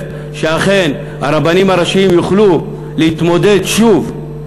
שאכן הרבנים הראשיים יוכלו להתמודד שוב,